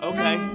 Okay